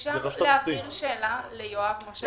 אפשר להעביר שאלה ליואב משה מרשות המיסים.